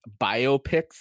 biopics